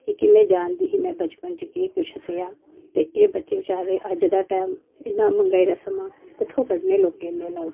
की कि में जानदी ही मैं बचपन च केह् किश सेहा ते एह् बच्चे बचौरे अज्ज दा टैम इन्ना महंगाई दा समां कुत्थूं कड्ढने लोकें इन्ने नोट